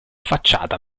facciata